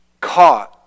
caught